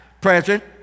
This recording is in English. present